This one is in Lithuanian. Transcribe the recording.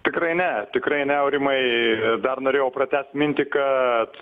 tikrai ne tikrai aurimai dar norėjau pratęst mintį kad